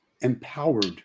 empowered